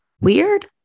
weird